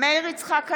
מאיר יצחק הלוי,